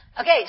Okay